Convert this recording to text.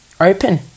Open